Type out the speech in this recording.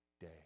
day